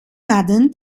madden